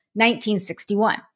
1961